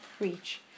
reach